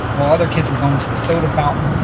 while other kids were going to the soda fountain,